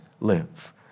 live